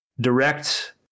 direct